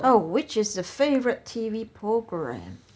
oh which is your favourite T_V program